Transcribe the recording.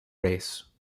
race